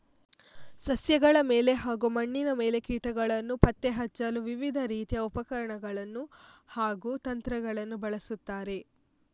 ಸಸ್ಯಗಳ ಮೇಲೆ ಹಾಗೂ ಮಣ್ಣಿನ ಮೇಲೆ ಕೀಟಗಳನ್ನು ಪತ್ತೆ ಹಚ್ಚಲು ವಿವಿಧ ರೀತಿಯ ಉಪಕರಣಗಳನ್ನು ಹಾಗೂ ತಂತ್ರಗಳನ್ನು ಬಳಸುತ್ತಾರೆ